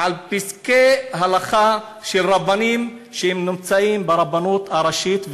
על פסקי הלכה של רבנים שנמצאים ברבנות הראשית.